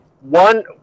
One